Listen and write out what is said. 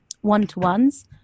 one-to-ones